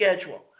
schedule